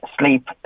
sleep